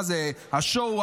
השואו,